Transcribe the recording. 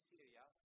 Syria